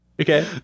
Okay